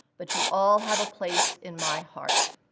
but you all have a place in my heart.